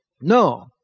No